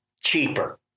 cheaper